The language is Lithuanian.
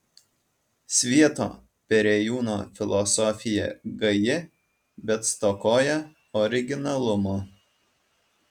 svieto perėjūno filosofija gaji bet stokoja originalumo